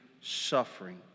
suffering